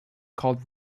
called